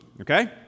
okay